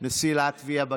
של נשיא לטביה בכנסת.